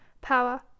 power